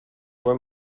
were